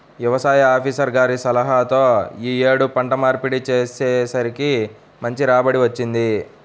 యవసాయ ఆపీసర్ గారి సలహాతో యీ యేడు పంట మార్పిడి చేసేసరికి మంచి రాబడి వచ్చింది